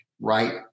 right